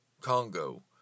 Congo